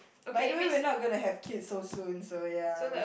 by the way we are not gonna have kids so soon so ya this